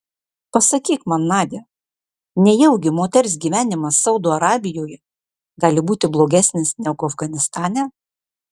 pasakyk man nadia nejaugi moters gyvenimas saudo arabijoje gali būti blogesnis negu afganistane